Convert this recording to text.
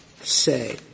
say